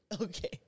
Okay